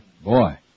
Boy